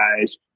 guys